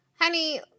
honey